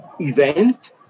event